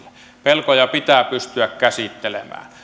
pelkoja pitää pystyä käsittelemään